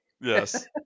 Yes